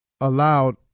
allowed